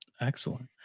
Excellent